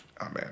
amen